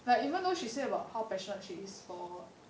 like even though she said about how passionate she is for